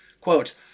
Quote